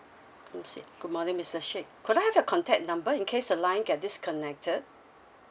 mm sheikh good morning mister sheikh could I have your contact number in case the line get disconnected